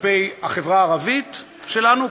כלפי החברה הערבית שלנו,